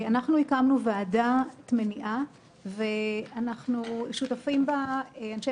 אנחנו הקמנו ועדת מניעה ששותפים בה אנשי